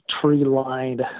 tree-lined